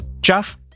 Jeff